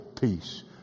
peace